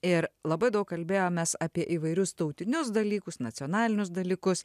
ir labai daug kalbėjomės apie įvairius tautinius dalykus nacionalinius dalykus